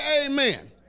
Amen